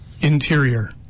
Interior